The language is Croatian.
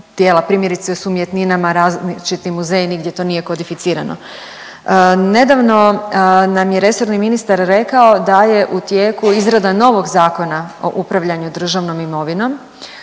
primjerice s umjetninama, različiti muzeji, nigdje to nije kodificirano. Nedavno nam je resorni ministar rekao da je u tijeku izrada novog Zakona o upravljanju državnom imovinom,